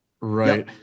right